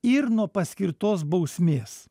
ir nuo paskirtos bausmės